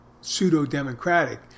pseudo-democratic